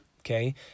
Okay